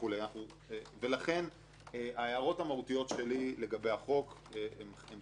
לכן ההערות המהותיות שלי לגבי החוק הן כמה.